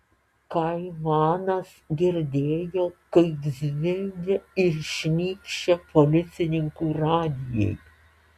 kaimanas girdėjo kaip zvimbia ir šnypščia policininkų radijai